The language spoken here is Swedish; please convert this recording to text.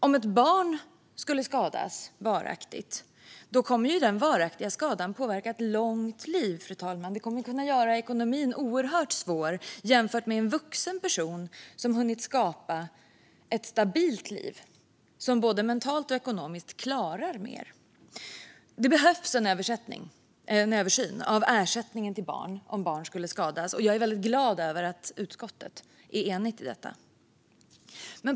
Om ett barn skulle skadas varaktigt kommer den varaktiga skadan att påverka ett långt liv och göra ekonomin oerhört svår jämfört med en vuxen person som har hunnit skapa ett stabilt liv som både mentalt och ekonomiskt klarar mer. Det behövs en översyn av ersättningen till barn om barn skulle skadas, och jag är väldigt glad över att utskottet är enigt i detta.